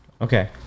Okay